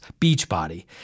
Beachbody